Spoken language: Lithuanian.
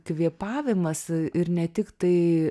kvėpavimas ir ne tiktai